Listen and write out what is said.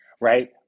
Right